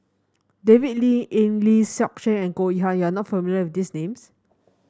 David Lee Eng Lee Seok Chee and Goh Yihan you are not familiar with these names